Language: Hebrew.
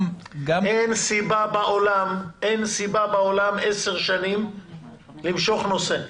אין סיבה בעולם למשוך נושא במשך עשר שנים.